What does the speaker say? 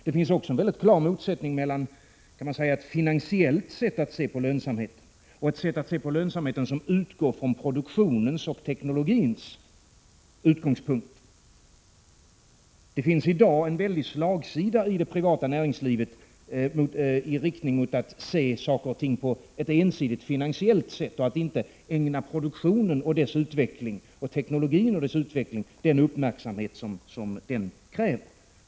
Det finns också en mycket klar motsättning mellan ett finansiellt sätt att se på lönsamheten och ett sätt som utgår från produktionens och teknologins synpunkter. I dagens privata näringsliv finns en väldig slagsida mot att se saker och ting på ett ensidigt finansiellt sätt och att inte ägna produktionens och teknologins utveckling den uppmärksamhet den kräver.